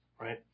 right